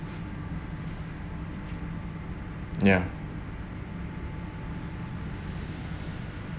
ya